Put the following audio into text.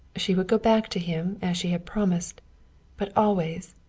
she would go back to him, as she had promised but always,